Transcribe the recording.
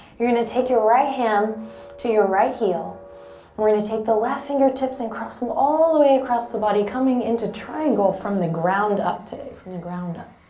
you're gonna take your right hand to your right heel and we're gonna take the left fingertips and cross em all the way across the body coming into triangle from the ground up today, from the ground up.